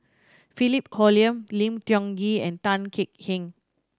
Philip Hoalim Lim Tiong Ghee and Tan Kek Hiang